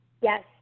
Yes